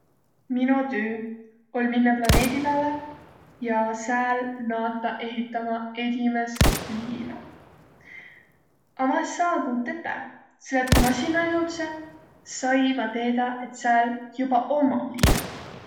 Mino tüü oll' minnäq planeedi pääle ja sääl naadaq ehitämä edimäst liina. A ma es saaq tuud tetäq, selle et ku ma sinnäq jõudsõ, sai ma teedäq, et sääl juba ommaq liinaq.